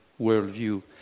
worldview